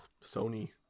Sony